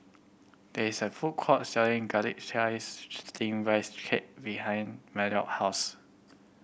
there is a food court selling Garlic Chives Steamed Rice Cake behind Maddox house